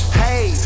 hey